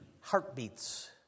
heartbeats